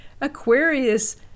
Aquarius